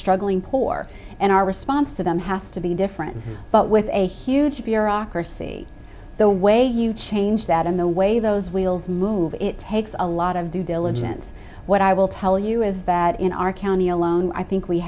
struggling poor and our response to them has to be different but with a huge bureaucracy the way you change that in the way those wheels move it takes a lot of due diligence what i will tell you is that in our county alone i think we